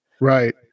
Right